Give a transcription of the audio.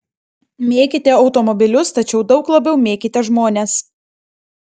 mėkite automobilius tačiau daug labiau mėkite žmones